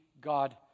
God